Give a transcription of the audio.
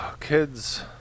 Kids